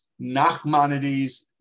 Nachmanides